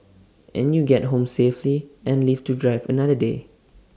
and you get home safely and live to drive another day